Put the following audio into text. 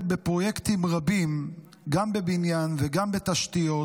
בפרויקטים רבים גם בבניין וגם בתשתיות,